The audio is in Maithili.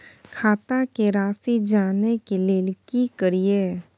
खाता के राशि जानय के लेल की करिए?